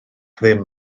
ddim